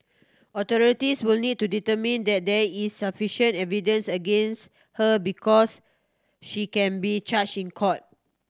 authorities will need to determine that there is sufficient evidence against her because she can be charged in court